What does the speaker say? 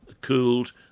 cooled